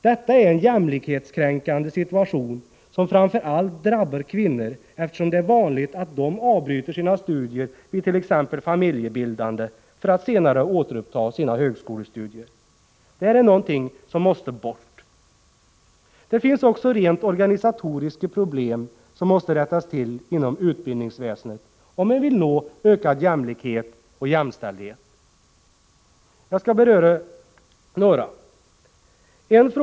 Detta är en jämlikhetskränkande situation, som framför allt drabbar kvinnor, eftersom det är vanligt att de avbryter sina högskolestudier vid t.ex. familjebildande för att senare återuppta dem. Detta missförhållande måste bort. Det finns också rent organisatoriska problem som måste rättas till inom utbildningsväsendet, om man vill nå ökad jämlikhet och jämställdhet. Jag skall här beröra några av dem.